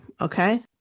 okay